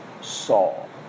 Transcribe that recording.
Saul